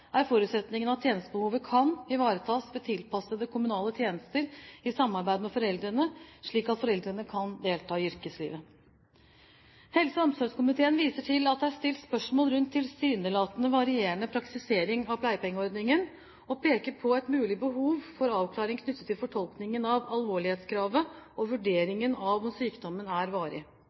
er forutsetningen at tjenestebehovet kan ivaretas ved tilpassede kommunale tjenester i samarbeid med foreldrene, slik at foreldrene kan delta i yrkeslivet. Helse- og omsorgskomiteen viser til at det er stilt spørsmål rundt tilsynelatende varierende praktisering av pleiepengeordningen, og peker på et mulig behov for avklaring knyttet til fortolkningen av alvorlighetskravet og vurderingen av om sykdommen er varig.